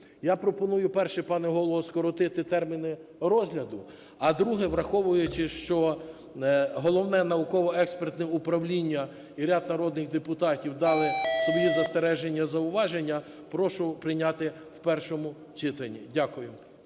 Я пропоную, перше, пане Голово – скоротити терміни розгляду. А, друге – враховуючи, що Головне науково-експертне управління і ряд народних депутатів дало свої застереження і зауваження, прошу прийняти в першому читанні. Дякую.